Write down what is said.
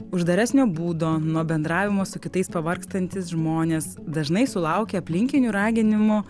uždaresnio būdo nuo bendravimo su kitais pavargstantys žmonės dažnai sulaukia aplinkinių raginimų